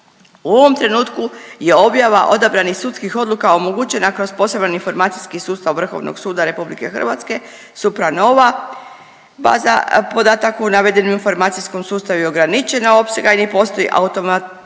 U ovom trenutku je objava odabranih sudskih odluka omogućena kroz poseban informacijski sustav Vrhovnog suda RH SupraNova. Baza podataka u navedenom informacijskom sustavu je ograničena opsega i ne postoji automatizirani